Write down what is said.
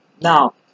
Now